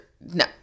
no